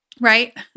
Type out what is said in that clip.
right